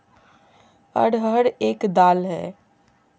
अरहर एक दाल है